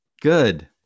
Good